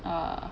uh